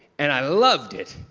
and i loved it,